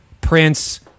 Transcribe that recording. Prince